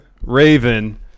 Raven